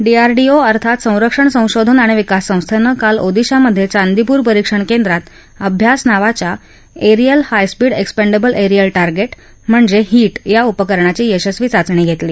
DRDO अर्थात संरक्षण संशोधन आणि विकास संस्थेनं काल ओदिशामधे चांदीपूर परिण केंद्रात अभ्यास नावाच्या aerial high speed expendable aerial target म्हणजे हीट या उपकरणाची यशस्वी चाचणी घेतली